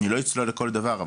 אני לא אצלול לכל דבר,